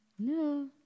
No